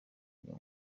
uyu